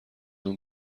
اون